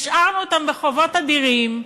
השארנו אותם בחובות אדירים,